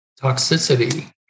toxicity